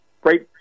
great